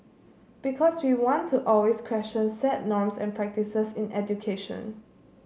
because we want to always question set norms and practices in education